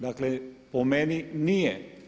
Dakle, po meni nije.